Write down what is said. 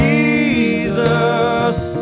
Jesus